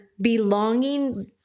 belonging